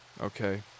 okay